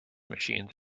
machines